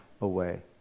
away